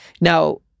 Now